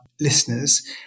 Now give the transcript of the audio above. listeners